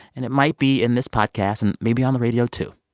and it might be in this podcast and maybe on the radio too.